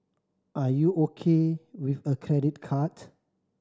are you O K with a credit card